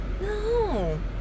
no